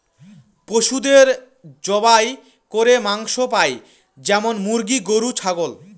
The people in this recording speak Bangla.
পশুদের জবাই করে মাংস পাই যেমন মুরগি, গরু, ছাগল